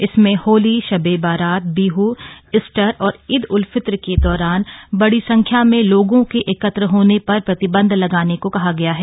इसमें होली शब ए बारात बिह ईस्टर और ईद उल फित्र के दौरान बडी संख्या में लोगों के एकत्र होने पर प्रतिबंध लगाने को कहा गया है